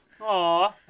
Aw